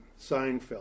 Seinfeld